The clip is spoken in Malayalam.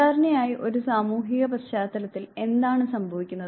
സാധാരണയായി ഒരു സാമൂഹിക പശ്ചാത്തലത്തിൽ എന്താണ് സംഭവിക്കുന്നത്